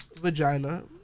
vagina